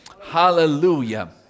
Hallelujah